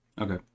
Okay